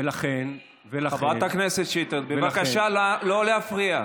ולכן, ולכן, חברת הכנסת שטרית, בבקשה לא להפריע.